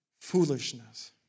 foolishness